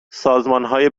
سازمانهای